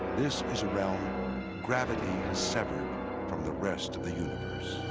this is a realm gravity has severed from the rest of the universe.